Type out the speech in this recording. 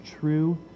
true